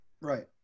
Right